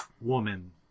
woman